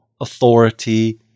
authority